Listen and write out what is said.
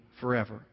forever